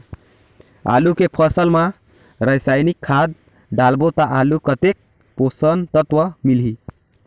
आलू के फसल मा रसायनिक खाद डालबो ता आलू कतेक पोषक तत्व मिलही?